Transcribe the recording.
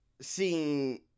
seeing